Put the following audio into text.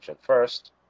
first